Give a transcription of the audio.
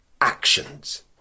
actions